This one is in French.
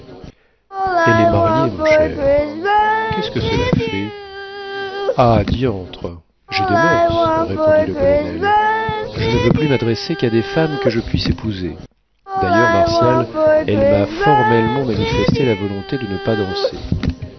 elle est mariée mon cher qu'est-ce que cela fait ah diantre j'ai des moeurs répondit le colonel je ne veux plus m'adresser qu'à des femmes que je puisse épouser d'ailleurs martial elle m'a formellement manifesté la volonté de ne pas danser